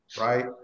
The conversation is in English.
right